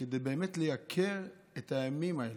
כדי לייקר באמת את הימים האלה.